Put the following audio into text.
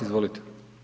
Izvolite.